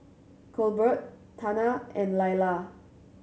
Colbert Tana and Laila